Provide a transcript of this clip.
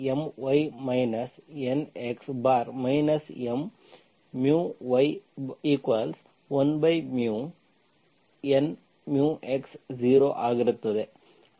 My Nx M y1 N μx0 ಆಗಿರುತ್ತದೆ